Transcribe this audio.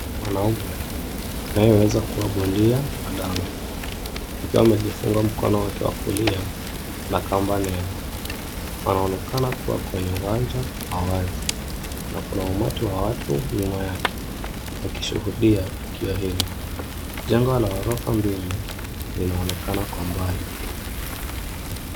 Mwanaume anayeweza kuwa bondia hodari akiwa amejifunga mkono wake wa kulia na kamba nene. Anaonekana kuwa kwenye uwanja wa wazi na kuna umati wa watu nyuma yake wakishuhudia tukio hilo. Jengo la ghorofa mbili linaonekana kwa mbali.